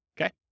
Okay